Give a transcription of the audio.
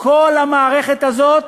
כל המערכת הזאת